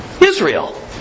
Israel